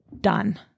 done